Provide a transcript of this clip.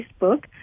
Facebook